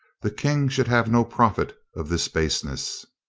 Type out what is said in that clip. the king should have no profit of this baseness.